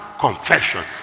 Confession